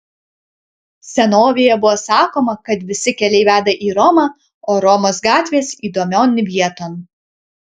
senovėje buvo sakoma kad visi keliai veda į romą o romos gatvės įdomion vieton